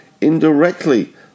indirectly